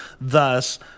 Thus